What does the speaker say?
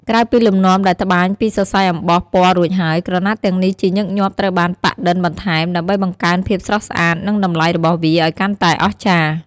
ក្រៅពីលំនាំដែលត្បាញពីសរសៃអំបោះពណ៌រួចហើយ ក្រណាត់ទាំងនេះជាញឹកញាប់ត្រូវបាន ប៉ាក់-ឌិនបន្ថែម ដើម្បីបង្កើនភាពស្រស់ស្អាត និងតម្លៃរបស់វាឱ្យកាន់តែអស្ចារ្យ។